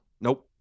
Nope